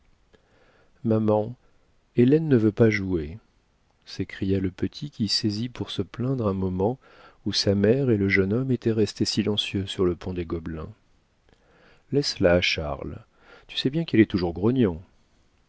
maman hélène ne veut pas jouer s'écria le petit qui saisit pour se plaindre un moment où sa mère et le jeune homme étaient restés silencieux sur le pont des gobelins laisse-la charles tu sais bien qu'elle est toujours grognon